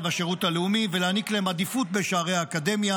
והשירות הלאומי ולהעניק להם עדיפות בשערי האקדמיה.